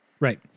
Right